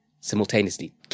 simultaneously